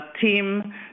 team